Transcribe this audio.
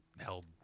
held